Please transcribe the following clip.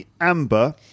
Amber